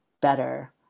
better